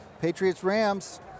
Patriots-Rams